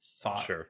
thought